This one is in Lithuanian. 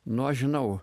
nu žinau